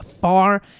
far